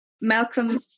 Malcolm